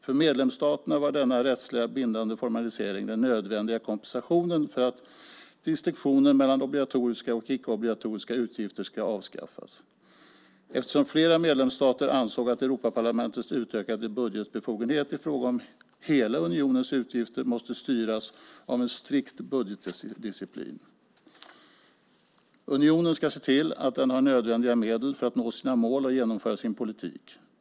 För medlemsstaterna var denna rättsliga bindande formalisering den nödvändiga kompensationen för att distinktionen mellan obligatoriska och icke obligatoriska utgifter skulle avskaffas, eftersom flera medlemsstater ansåg att Europaparlamentets utökade budgetbefogenhet i fråga om hela unionens utgifter måste styras av en strikt budgetdisciplin. Unionen ska se till att den har nödvändiga medel för att nå sina mål och genomföra sin politik.